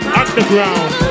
underground